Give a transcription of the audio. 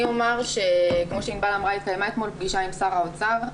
אני אומר שהתקיימה אתמול פגישה עם שר האוצר.